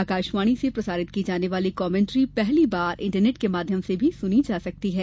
आकाशवाणी से प्रसारित की जाने वाली कमेंट्री पहली बार इंटरनेट के माध्यम से भी सुनी जा सकती है